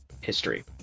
history